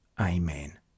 Amen